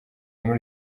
muri